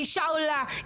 אישה עולה,